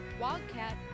Wildcat